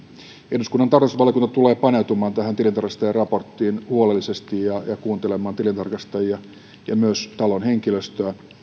eduskunnan tarkastusvaliokunta tulee paneutumaan tähän tilintarkastajien raporttiin huolellisesti ja kuuntelemaan tilintarkastajia ja myös talon henkilöstöä